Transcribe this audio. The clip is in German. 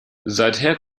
seither